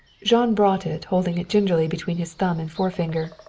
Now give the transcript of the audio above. jean brought it, holding it gingerly between his thumb and forefinger.